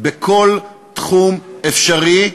בכל תחום אפשרי.